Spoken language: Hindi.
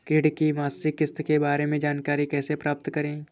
ऋण की मासिक किस्त के बारे में जानकारी कैसे प्राप्त करें?